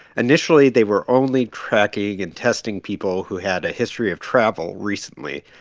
initially, they were only tracking and testing people who had a history of travel recently.